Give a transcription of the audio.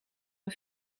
een